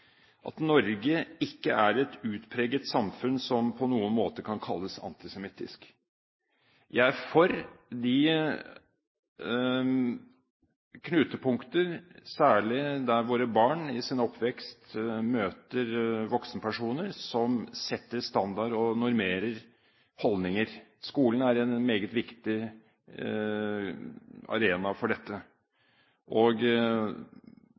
at Norge ikke er et utpreget samfunn som på noen måte kan kalles antisemittisk. Jeg er for knutepunkter, særlig der våre barn i sin oppvekst møter voksenpersoner som setter standard og normerer holdninger. Skolen er en meget viktig arena for dette.